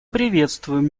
приветствуем